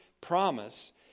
promise